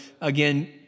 again